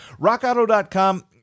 Rockauto.com